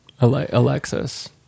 Alexis